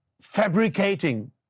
fabricating